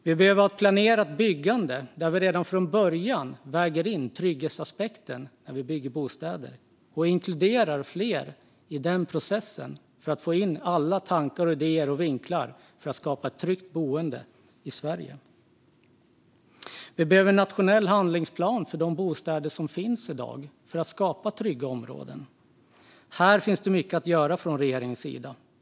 Vi behöver ha ett planerat byggande där vi redan från början väger in trygghetsaspekten när vi bygger bostäder och inkluderar fler i den processen för att få in alla tankar, idéer och vinklar och för att skapa ett tryggt boende i Sverige. Vi behöver en nationell handlingsplan för de bostäder som finns i dag för att skapa trygga områden. Här finns det mycket att göra från regeringens sida.